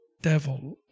devil